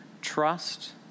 trust